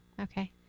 Okay